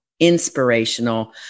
inspirational